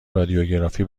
رادیوگرافی